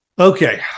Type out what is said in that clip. Okay